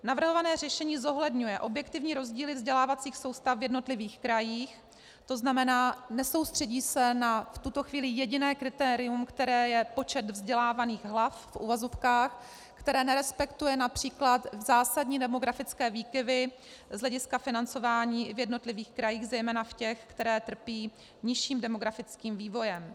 Navrhované řešení zohledňuje objektivní rozdíly vzdělávacích soustav v jednotlivých krajích, tzn. nesoustředí se na v tuto chvíli jediné kritérium, které je počet vzdělávaných hlav, v uvozovkách, které nerespektuje například zásadní demografické výkyvy z hlediska financování v jednotlivých krajích, zejména v těch, které trpí nižším demografickým vývojem.